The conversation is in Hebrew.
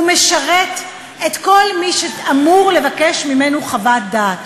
הוא משרת את כל מי שאמור לבקש ממנו חוות דעת.